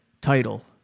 title